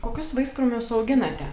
kokius vaiskrūmius auginate